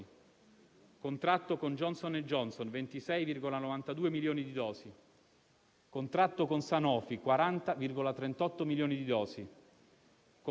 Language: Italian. contratto con Pfeizer-BioNTech 26,92 milioni di dosi, per il contratto con CureVac 30,285 milioni di dosi,